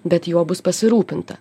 bet juo bus pasirūpinta